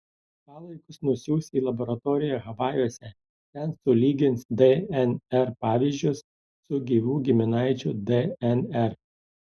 palaikus nusiųs į laboratoriją havajuose ten sulygins dnr pavyzdžius su gyvų giminaičių dnr